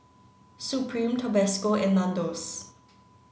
Supreme Tabasco and Nandos